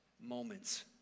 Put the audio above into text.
moments